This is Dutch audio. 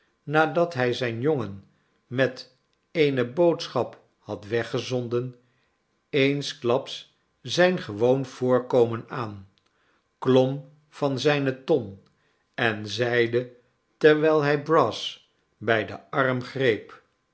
nadat hij zijn jongen met eene boodschap had weggezonden eensklaps zijn gewoon voorkomen aan klom van zijne ton en zeide terwijl hij brass bij den arm greep